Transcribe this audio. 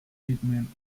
treatment